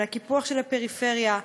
על הקיפוח של הפריפריה.